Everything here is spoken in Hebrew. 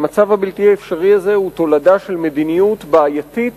המצב הבלתי-אפשרי הזה הוא תולדה של מדיניות בעייתית,